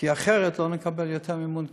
כי אחרת לא נקבל יותר מימון קודם.